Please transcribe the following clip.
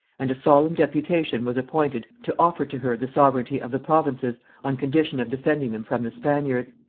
and a solemn deputation was appointed to offer to her the sovereignty of the provinces on condition of defending them from the spaniards.